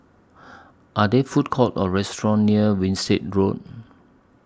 Are There Food Courts Or restaurants near Winstedt Road